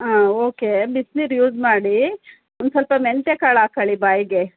ಹಾಂ ಓಕೆ ಬಿಸ್ನೀರು ಯೂಸ್ ಮಾಡಿ ಒಂದು ಸ್ವಲ್ಪ ಮೆಂತ್ಯ ಕಾಲು ಹಾಕ್ಕಳಿ ಬಾಯಿಗೆ